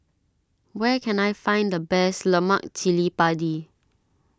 where can I find the best Lemak Cili Padi